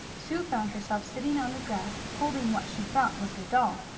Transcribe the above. sue found herself sitting on the grass, holding what she thought was her doll,